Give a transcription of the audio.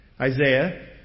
Isaiah